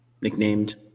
nicknamed